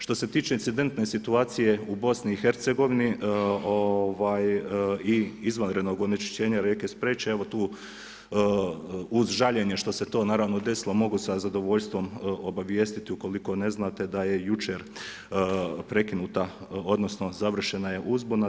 Što se tiče incidentne situacije u BIH i izvanrednog onečišćenja rijeke Spreče, evo tu uz žaljenje što se to naravno desilo, mogu sa zadovoljstvo obavijestiti, ukoliko ne znate, da je jučer prekinuta, odnosno završena je uzbuna.